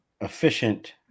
efficient